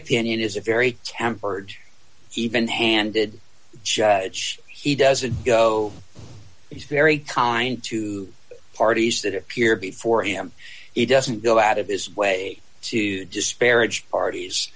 opinion is a very tempered even handed judge he doesn't go he's very kind to parties that appear before him he doesn't go out of his way to disparage parties